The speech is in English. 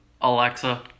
Alexa